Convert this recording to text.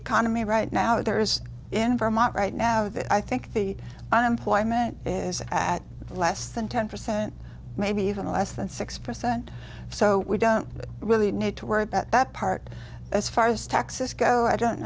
economy right now there is in vermont right now that i think the unemployment is at less than ten percent maybe even less than six percent so we don't really need to worry about that part as far as taxes go i don't